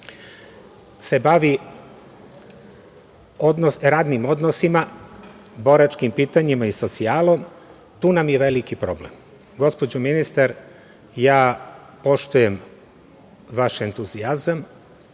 se bavi radnim odnosima, boračkim pitanjima i socijalom. Tu nam je veliki problem. Gospođo ministar, ja poštujem vaš entuzijazam,